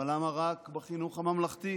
אבל למה רק בחינוך הממלכתי?